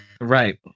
Right